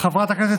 רקדן מוכשר,